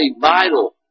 vital